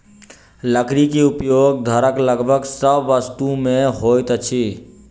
लकड़ी के उपयोग घरक लगभग सभ वस्तु में होइत अछि